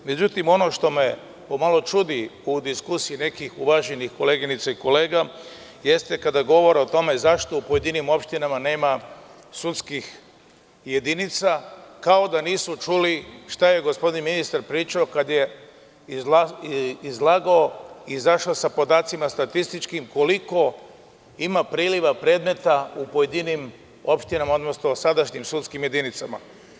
Međutim, ono što me pomalo čudi u diskusiji nekih uvaženih koleginica i kolega jeste kada govore o tome zašto u pojedinim opštinama nema sudskih jedinica, kao da nisu čuli šta je gospodin ministar pričao kada je izlagao i izašao sa statističkim podacima koliko ima predmeta u pojedinim opštinama, odnosno sadašnjim sudskim jedinicama.